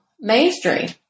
mainstream